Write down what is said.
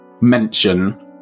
mention